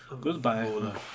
Goodbye